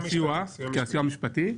הסיוע המשפטי,